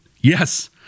Yes